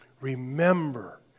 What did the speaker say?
Remember